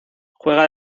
juega